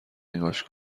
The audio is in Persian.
نگاش